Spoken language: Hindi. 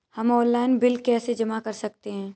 हम ऑनलाइन बिल कैसे जमा कर सकते हैं?